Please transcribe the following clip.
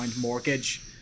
mortgage